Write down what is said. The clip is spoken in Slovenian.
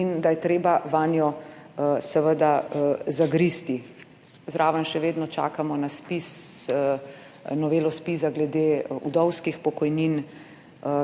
in da je treba vanjo zagristi. Zraven še vedno čakamo na novelo ZPIZ glede vdovskih pokojnin,